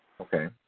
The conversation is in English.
Okay